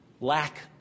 lack